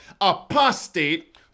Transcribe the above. Apostate